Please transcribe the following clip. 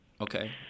Okay